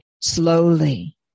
slowly